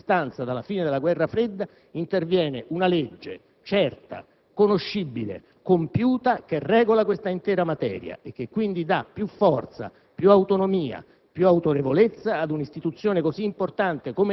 Oggi, per la prima volta a tanti anni di distanza dalla fine della guerra fredda, interviene una legge certa, conoscibile, compiuta, che regola l'intera materia e che quindi dà più forza, più autonomia